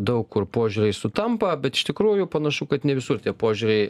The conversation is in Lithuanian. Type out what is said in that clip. daug kur požiūriai sutampa bet iš tikrųjų panašu kad ne visur tie požiūriai